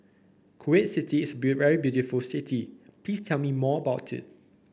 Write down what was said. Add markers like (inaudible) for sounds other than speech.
Kuwait City is a (unintelligible) very beautiful city please tell me more about it